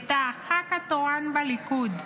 את הח"כ התורן בליכוד,